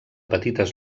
petites